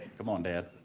um on deck.